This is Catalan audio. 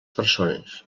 persones